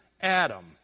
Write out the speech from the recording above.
Adam